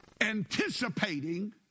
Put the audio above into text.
anticipating